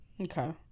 okay